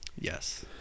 yes